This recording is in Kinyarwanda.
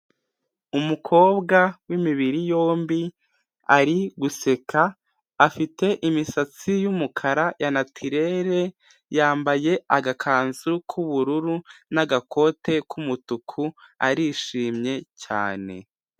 Umukobwa w'imibiri yombi ari guseka afite imisatsi y'umukara ya natireri, yambaye agakanzu k'ubururu n'agakote k'umutuku arishimye cyane.